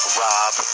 rob